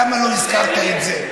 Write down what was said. למה לא הזכרת את זה?